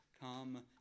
come